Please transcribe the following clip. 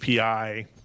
API